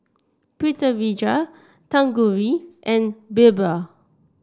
Pritiviraj Tanguturi and BirbaL